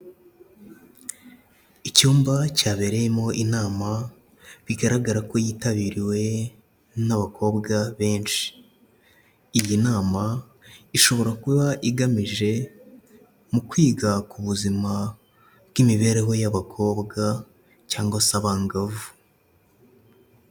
Icyumba cyabereyemo inama bigaragara ko yitabiriwe n'abakobwa benshi. Iyi nama ishobora kuba igamije mu kwiga ku buzima bw'imibereho y'abakobwa cyangwa se abangavu.